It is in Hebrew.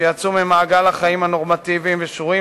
שיצאו ממעגל החיים הנורמטיביים ושרויים